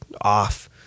off